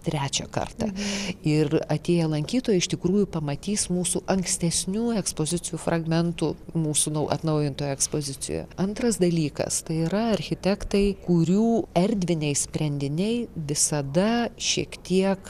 trečią kartą ir atėję lankytojai iš tikrųjų pamatys mūsų ankstesnių ekspozicijų fragmentų mūsų nau atnaujintoje ekspozicijoje antras dalykas tai yra architektai kurių erdviniai sprendiniai visada šiek tiek